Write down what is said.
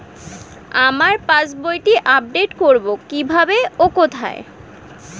আমার পাস বইটি আপ্ডেট কোরবো কীভাবে ও কোথায়?